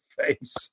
face